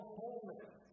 holiness